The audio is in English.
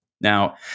Now